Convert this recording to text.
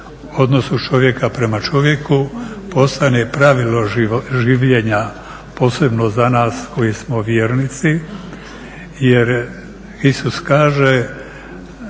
odnosu čovjeka prema čovjeku postane pravilo življenja posebno za nas koji smo vjernici jer Isus kaže,